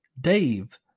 Dave